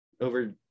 over